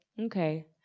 Okay